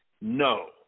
no